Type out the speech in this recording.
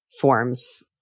forms